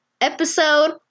episode